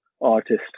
artist